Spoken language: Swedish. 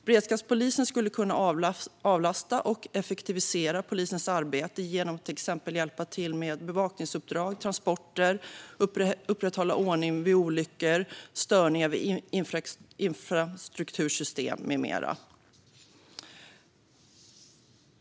Beredskapspolisen skulle kunna avlasta och effektivisera polisens arbete till exempel genom att hjälpa till med bevakningsuppdrag och transporter, upprätthålla ordning vid olyckor och störningar i infrastruktursystem med mera.